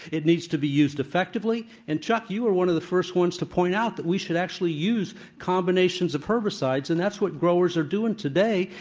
it needs to be used effectively. and, chuck, you were one of the first ones to point out that we should actually use combinations of herbicides. and that's what growers are doing today,